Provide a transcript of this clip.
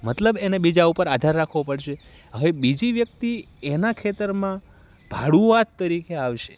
મતલબ એને બીજા ઉપર આધાર રાખવો પડશે હવે બીજી વ્યક્તિ એના ખેતરમાં ભાડુઆત તરીકે આવશે